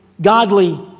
Godly